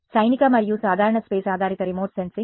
సైనిక మరియు సాధారణ స్పేస్ ఆధారిత రిమోట్ సెన్సింగ్